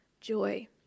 Joy